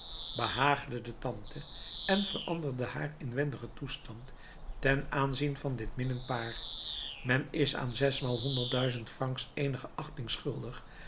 behaagde de tante en veranderde haar inwendigen toestand ten aanzien van dit minnend paar men is aan zesmaal honderd duizend francs eenige achting schuldig